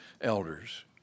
elders